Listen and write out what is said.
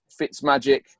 Fitzmagic